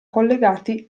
collegati